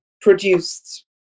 produced